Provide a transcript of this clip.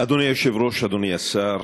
אדוני היושב-ראש, אדוני השר,